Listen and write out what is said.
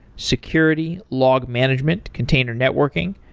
security, log management, container networking,